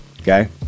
Okay